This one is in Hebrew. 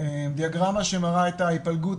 היא דיאגרמה שמראה את ההתפלגות,